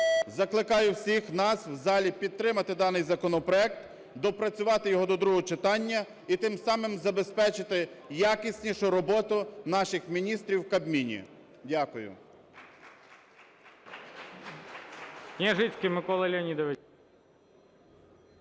Закликаю всіх нас в залі підтримати даний законопроект, доопрацювати його другого читання і тим самим забезпечити якіснішу роботу наших міністрів в Кабміні. Дякую.